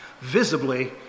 Visibly